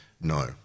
No